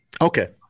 Okay